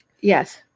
Yes